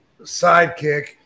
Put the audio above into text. sidekick